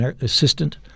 assistant